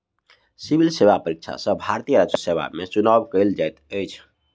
civil सेवा परीक्षा सॅ भारतीय राजस्व सेवा में चुनाव कयल जाइत अछि